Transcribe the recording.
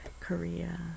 Korea